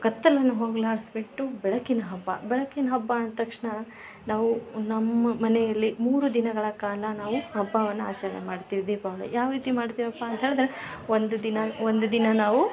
ಕತ್ತಲನ್ನು ಹೋಗಲಾಡ್ಸಿ ಬಿಟ್ಟು ಬೆಳಕಿನ ಹಬ್ಬ ಬೆಳಕಿನ ಹಬ್ಬ ಅಂದ ತಕ್ಷಣ ನಾವು ನಮ್ಮ ಮನೆಯಲ್ಲಿ ಮೂರು ದಿನಗಳ ಕಾಲ ನಾವು ಹಬ್ಬವನ್ನ ಆಚರಣೆ ಮಾಡ್ತೀವಿ ದೀಪಾವಳಿ ಯಾವ ರೀತಿ ಮಾಡ್ತಿವೆಪ್ಪ ಅಂತ ಹೇಳದರೆ ಒಂದು ದಿನ ಒಂದು ದಿನ ನಾವು